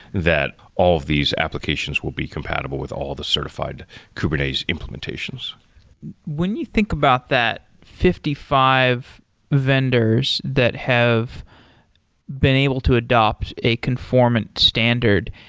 that all of these applications will be compatible with all the certified kubernetes implementations when you think about that fifty five vendors that have been able to adopt a conformant standard,